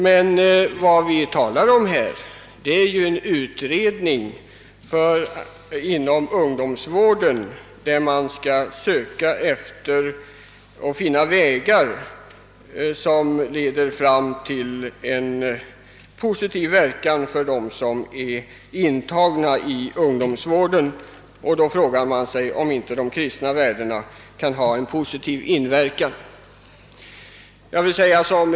Men den fråga vi egentligen be handlar gäller ju en utredning rörande ungdomsvården, där man skall söka efter former som får en positiv verkan för dem som är omhändertagna av ungdomsvården. Då frågar man sig om inte de kristna värdena kan ha en posi tiv inverkan härvidlag.